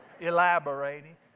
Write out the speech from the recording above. elaborating